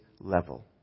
level